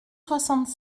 soixante